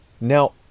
Now